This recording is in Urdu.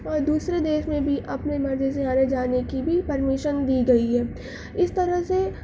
دوسرے دیش میں بھی اپنے مرضی سے آنے جانے کی بھی پرمیشن دی گئی ہے اس طرح سے